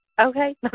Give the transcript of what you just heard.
okay